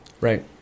right